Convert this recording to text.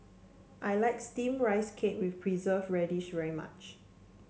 I like steamed Rice Cake with Preserved Radish very much